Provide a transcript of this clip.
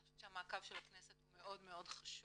אני חושבת שהמעקב של הכנסת הוא מאוד חשוב